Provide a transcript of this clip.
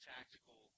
Tactical